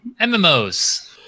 MMOs